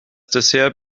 dessert